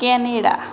Canada